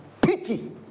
pity